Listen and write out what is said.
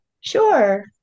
Sure